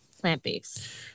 plant-based